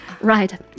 Right